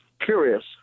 curious